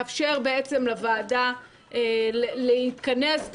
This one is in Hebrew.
מאפשר לוועדה להתכנס,